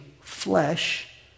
flesh